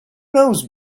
knows